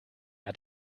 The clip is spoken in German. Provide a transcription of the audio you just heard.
hat